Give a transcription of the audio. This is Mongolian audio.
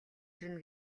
ирнэ